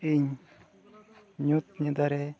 ᱤᱧ ᱧᱩᱛ ᱧᱤᱫᱟᱹᱨᱮ